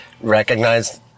recognize